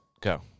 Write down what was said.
go